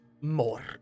more